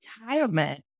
retirement